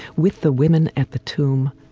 with the women at the tomb,